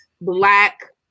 black